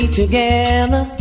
together